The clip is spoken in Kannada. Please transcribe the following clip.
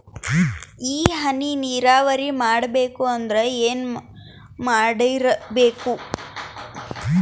ಈ ಹನಿ ನೀರಾವರಿ ಮಾಡಬೇಕು ಅಂದ್ರ ಏನ್ ಮಾಡಿರಬೇಕು?